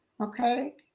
okay